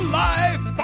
life